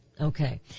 Okay